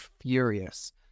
furious